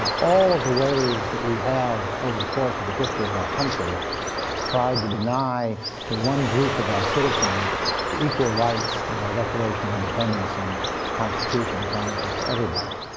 all of the ways that we have over the course of the history of our country tried to deny to one group of our citizens the equal rights that our declaration of independence and constitution promises to everybody.